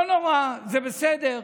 לא נורא, זה בסדר.